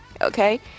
Okay